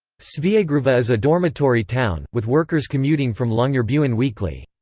sveagruva is a dormitory town, with workers commuting from longyearbyen weekly.